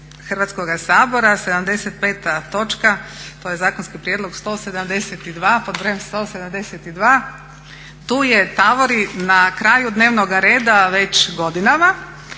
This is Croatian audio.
Hrvatskoga sabora sedamdeset i peta točka. To je zakonski prijedlog 172. bod brojem 172. Tu je, tavori na kraju dnevnoga reda već godinama.